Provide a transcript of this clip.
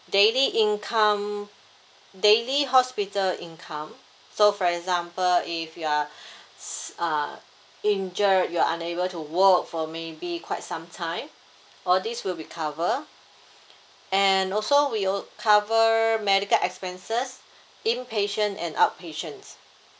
daily income daily hospital income so for example if you're uh injured you're unable to work for maybe quite some time all these will be cover and also we al~ cover medical expenses inpatient and outpatient